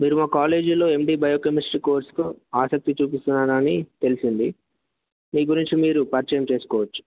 మీరు మా కాలేజీలో ఎండి బయోకెమిస్ట్రీ కోర్సుకు ఆసక్తి చూపిస్తున్నారని తెలిసింది మీ గురించి మీరు పరిచయం చేసుకోవచ్చు